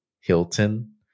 Hilton